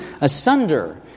asunder